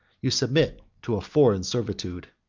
you submit to a foreign servitude.